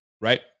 right